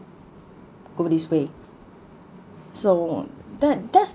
go this way so that that's